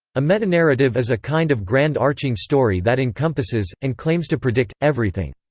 a metanarrative is a kind of grand arching story that encompasses and claims to predict everything.